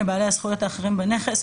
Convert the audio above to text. לבעלי הזכויות האחרים בנכס,